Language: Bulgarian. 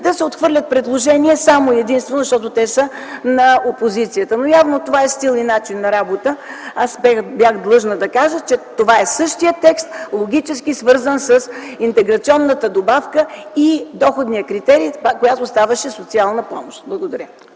да се отхвърлят предложения само и единствено защото те са на опозицията, но явно това е начин и стил на работа. Аз бях длъжна да кажа, че това е същият текст, свързан логически с интеграционната добавка и доходния критерий, която ставаше социална помощ. Благодаря.